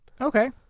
Okay